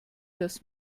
das